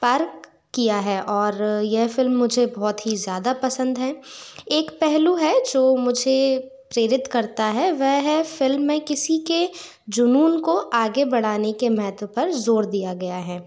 पार किया है और यह फ़िल्म मुझे बहुत ही ज्यादा पसंद है एक पहलू है जो मुझे प्रेरित करता है वह है फ़िल्म में किसी के ज़ुनून को आगे बढ़ाने के महत्व पर ज़ोर दिया गया हैं